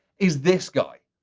is this guy.